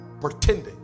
pretending